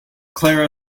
clara